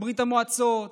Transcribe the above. ברית המועצות לשעבר,